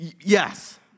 Yes